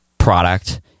product